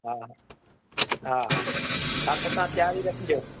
हा हा हा हा त तां तयारी रखिजो